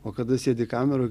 o kada sėdi kameroj